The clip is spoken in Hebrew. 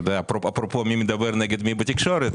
אפרופו מי מדבר נגד מי בתקשורת,